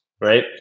Right